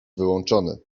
wyłączony